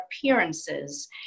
appearances